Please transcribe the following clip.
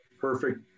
perfect